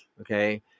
okay